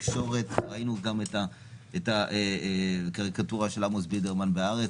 ראינו גם את הקריקטורה של עמוס בידרמן בהארץ,